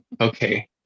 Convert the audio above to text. okay